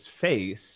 face